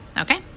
Okay